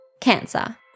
Cancer